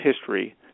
history